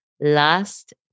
last